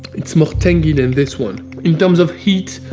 it's more tangy than this one. in terms of heat,